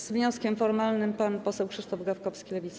Z wnioskiem formalnym pan poseł Krzysztof Gawkowski, Lewica.